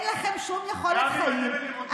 בלעדיהם אין לכם שום יכולת חיים.